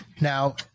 Now